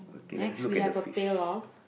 next we have a pail of